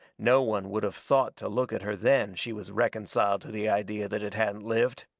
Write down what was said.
no one would have thought to look at her then she was reconciled to the idea that it hadn't lived.